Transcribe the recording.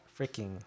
freaking